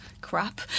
crap